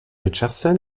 richardson